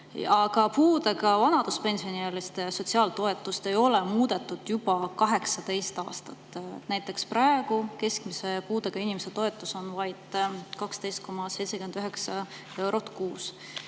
Aga puudega vanaduspensioniealiste sotsiaaltoetust ei ole muudetud juba 18 aastat. Näiteks praegu on keskmise puudega inimese toetus vaid 12,79 eurot kuus.